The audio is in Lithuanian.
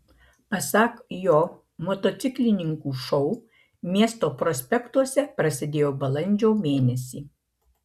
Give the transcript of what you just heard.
pasak jo motociklininkų šou miesto prospektuose prasidėjo balandžio mėnesį